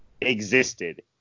existed